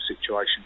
situation